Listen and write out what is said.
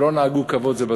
שלא נהגו כבוד זה בזה,